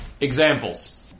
Examples